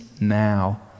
now